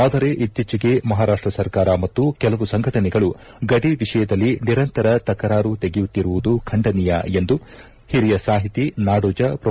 ಆದರೆ ಇತ್ತೀಚೆಗೆ ಮಹಾರಾಷ್ವ ಸರ್ಕಾರ ಮತ್ತು ಕೆಲವು ಸಂಘಟನೆಗಳು ಗಡಿ ವಿಷಯದಲ್ಲಿ ನಿರಂತರ ತಕರಾರು ತೆಗೆಯುತ್ತಿರುವುದು ಖಂಡನೀಯ ಎಂದು ಒರಿಯ ಸಾಹಿತಿ ನಾಡೋಜ ಪ್ರೊ